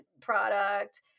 product